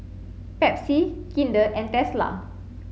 Pepsi Kinder and Tesla